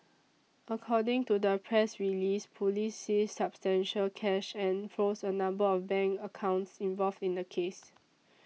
according to the press release police seized substantial cash and froze a number of bank accounts involved in the case